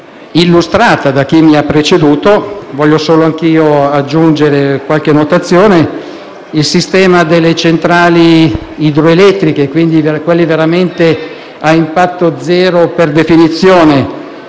illustrato da chi mi ha preceduto. Voglio solo aggiungere qualche considerazione: la maggior parte delle centrali idroelettriche, quindi quelle veramente a impatto zero per definizione,